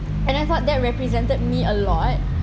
and I thought that represented me a lot